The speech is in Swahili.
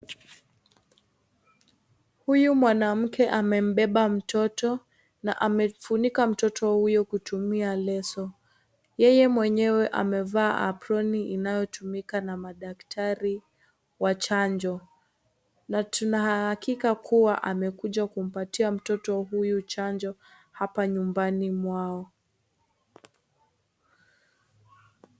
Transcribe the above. Huyu mwanamke amembeba mtoto na amefunika mtoto huyo kutumia leso ,yeye mwenyewe amevaa abloni inayotumika na madktari wa chanjo na tunahakika kuwa amekuja kumpatia mtoto huyo chanjo hapa nyumbani mwao.